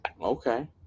Okay